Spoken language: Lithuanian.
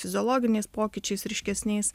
fiziologiniais pokyčiais ryškesniais